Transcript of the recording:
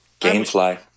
Gamefly